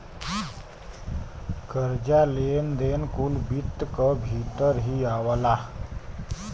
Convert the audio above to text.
कर्जा, लेन देन कुल वित्त क भीतर ही आवला